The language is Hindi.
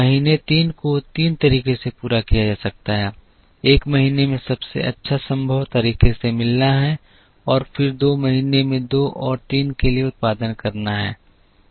महीने तीन को तीन तरीकों से पूरा किया जा सकता है एक महीने में सबसे अच्छा संभव तरीके से मिलना है और फिर दो महीने में दो और तीन के लिए उत्पादन करना है